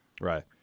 Right